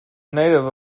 native